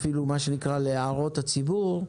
אפילו להערות הציבור,